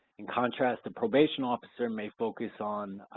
in contrast, the probation officer may focus on